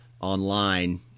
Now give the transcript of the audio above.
online